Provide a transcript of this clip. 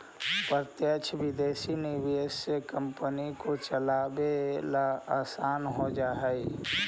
प्रत्यक्ष विदेशी निवेश से कंपनी को चलावे ला आसान हो जा हई